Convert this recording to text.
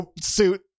suit